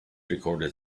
recorded